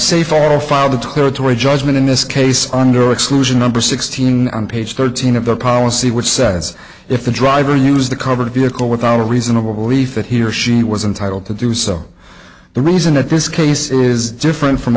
foul of the territory judgment in this case on your exclusion number sixteen on page thirteen of the policy which says if the driver use the covered vehicle without a reasonable belief that he or she was entitle to do so the reason that this case is different from